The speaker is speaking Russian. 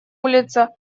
улица